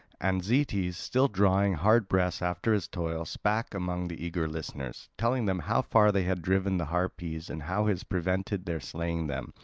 and zetes, still drawing hard breath after his toil, spake among the eager listeners, telling them how far they had driven the harpies and how his prevented their slaying them,